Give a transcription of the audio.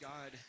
God